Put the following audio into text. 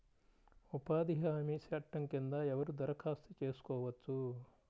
ఉపాధి హామీ చట్టం కింద ఎవరు దరఖాస్తు చేసుకోవచ్చు?